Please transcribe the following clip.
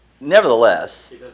nevertheless